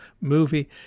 movie